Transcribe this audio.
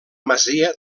masia